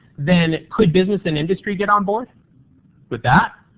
then could business and industry get on board with that?